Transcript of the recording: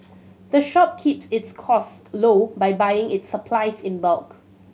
the shop keeps its cost low by buying its supplies in bulk